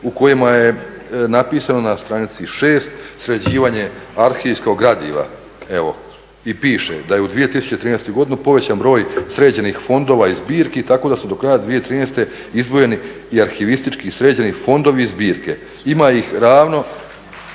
u kojem je napisano na stranici 6 sređivanje arhivskog gradiva, evo, i piše da je u 2013. godini povećan broj sređenih fondova i zbirki tako da su do kraja 2013. izdvojeni i arhivistički sređeni fondovi i zbirke. Ima ih ravno